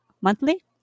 monthly